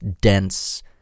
dense